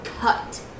cut